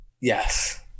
Yes